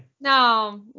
no